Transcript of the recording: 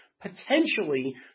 potentially